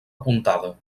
apuntada